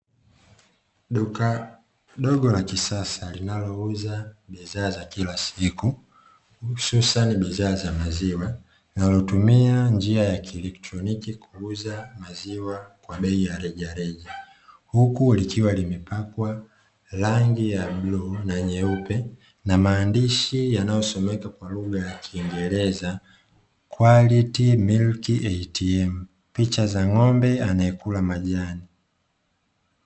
Duka dogo la kisasa linauza bidhaa za kila siku hususan bidhaa za maziwa na linatumia njia ya kielektroniki kuuza maziwa kwa bei ya rejareja. Huku likiwa limepakwa rangi ya buluu na nyeupe na maandishi yanayosomeka kwa lugha ya Kiingereza kwa utii "Quality Milk ATM". Picha za ng'ombe anayekula majani.